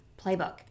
Playbook